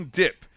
dip